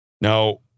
Now